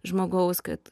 žmogaus kad